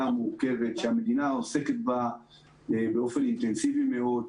מורכבת שהמדינה עוסקת בה באופן אינטנסיבי מאוד.